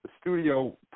studio